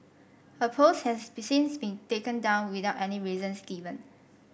her post has been since been taken down without any reasons given